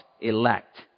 elect